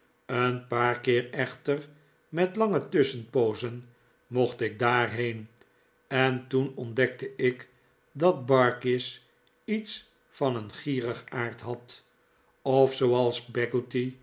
een paar keer echter met lange tusschenpoozen mocht ik daarheen en toen ontdekte ik dat barkis iets van een gierigaard had of